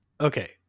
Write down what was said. Okay